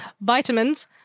Vitamins-